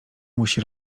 musi